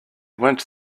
went